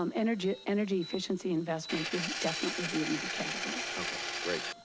um energy energy efficiency investments would definitely be in that category. okay, great.